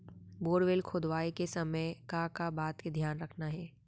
Borewell खोदवाए के समय का का बात के धियान रखना हे?